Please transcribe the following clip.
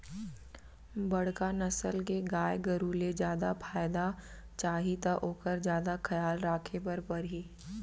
बड़का नसल के गाय गरू ले जादा फायदा चाही त ओकर जादा खयाल राखे बर परही